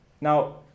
now